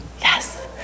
Yes